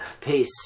Peace